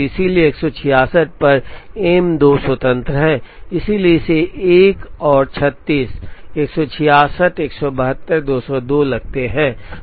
इसलिए 166 पर M 2 स्वतंत्र है इसलिए इसे एक और 36 166 172 202 लगते हैं